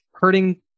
hurting